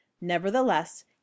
Nevertheless